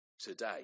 today